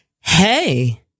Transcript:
hey